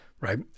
right